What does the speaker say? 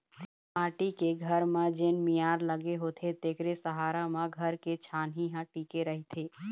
माटी के घर म जेन मियार लगे होथे तेखरे सहारा म घर के छानही ह टिके रहिथे